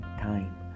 time